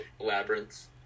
labyrinths